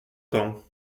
temps